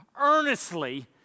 earnestly